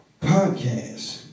podcasts